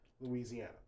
Louisiana